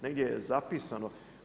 Negdje je zapisano.